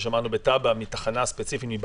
כפי ששמענו בטאבה, מבעיה בתחנה ספציפית.